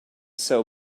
sew